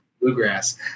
bluegrass